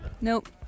Nope